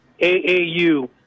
AAU